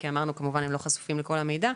כי אמרנו שכמובן שהם לא חשופים לכל המידע.